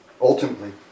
Ultimately